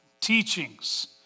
teachings